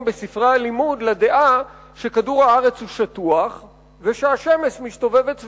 בספרי הלימוד לדעה שכדור-הארץ שטוח והשמש מסתובבת סביבו.